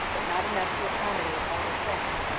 but not enough to accommodate all the staff,